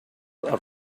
are